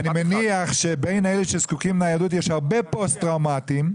אני מניח שבין אלה שזקוקים לניידות יש הרבה פוסט טראומתיים.